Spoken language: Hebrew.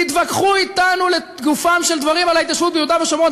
תתווכחו אתנו לגופם של דברים על ההתיישבות ביהודה ושומרון.